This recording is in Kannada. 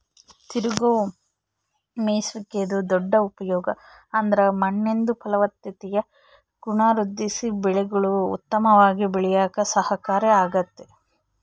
ತಿರುಗೋ ಮೇಯ್ಸುವಿಕೆದು ದೊಡ್ಡ ಉಪಯೋಗ ಅಂದ್ರ ಮಣ್ಣಿಂದು ಫಲವತ್ತತೆಯ ಗುಣ ವೃದ್ಧಿಸಿ ಬೆಳೆಗುಳು ಉತ್ತಮವಾಗಿ ಬೆಳ್ಯೇಕ ಸಹಕಾರಿ ಆಗ್ತತೆ